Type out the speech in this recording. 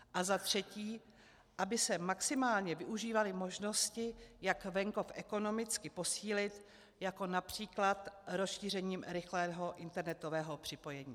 A za třetí, aby se maximálně využívaly možnosti, jak venkov ekonomicky posílit, jako například rozšířením rychlého internetového připojení.